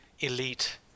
Elite